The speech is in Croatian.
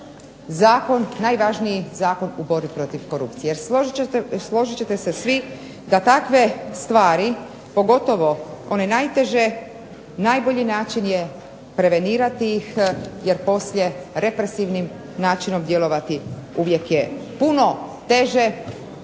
najvažniji zakon u borbi protiv korupcije. Jer složit ćete se svi da takve stvari pogotovo one najteže najbolji način je prevenirati ih jer poslije represivnim načinom djelovati uvijek je puno teže,